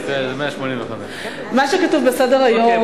זה 185. מה שכתוב בסדר-היום,